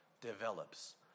develops